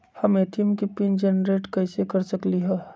हम ए.टी.एम के PIN generate कईसे कर सकली ह?